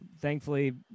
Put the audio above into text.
thankfully